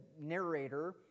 narrator